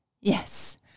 Yes